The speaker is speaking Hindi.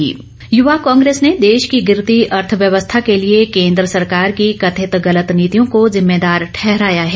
युवा कांग्रेस युवा कांग्रेस ने देश की गिरती अर्थव्यवस्था के लिए केंद्र सरकार की कथित गलत नीतियों को जिम्मेदार ठहराया है